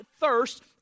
thirst